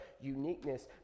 uniqueness